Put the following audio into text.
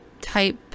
type